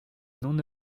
non